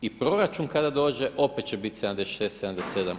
I proračun kada dođe opet će biti 76, 77.